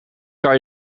kan